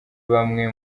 bamwe